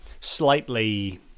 slightly